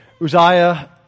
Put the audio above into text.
Uzziah